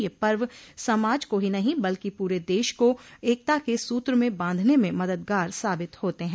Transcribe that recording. यह पर्व समाज को ही नहीं बल्कि पूरे देश को एकता के सूत्र में बांधने में मददगार साबित होते है